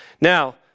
Now